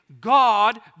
God